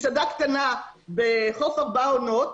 הייתה לנו מסעדה קטנה בחוף ארבע העונות,